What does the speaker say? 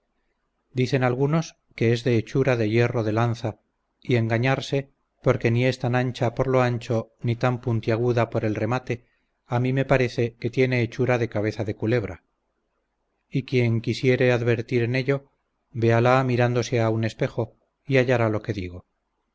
dicen algunos que es de hechura de hierro de lanza y engañanse porque ni es tan ancha por lo ancho ni tan puntiaguda por el remate a mi me parece que tiene hechura de cabeza de culebra y quien quisiere advertir en ello véala mirándose a un espejo y hallará lo que digo